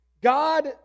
God